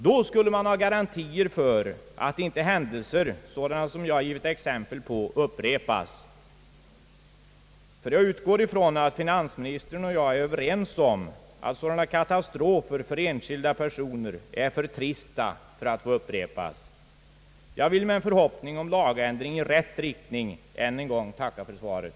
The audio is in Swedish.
Då skulle man ha garantier för att inte händelser, sådana som jag givit exempel på, upprepas, ty jag utgår ifrån att finansminstern och jag är överens om att sådana katastrofer för enskilda personer är för trista för att få upprepas. Jag vill med en förhoppning om lagändring i rätt riktning än en gång tacka för svaret.